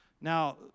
Now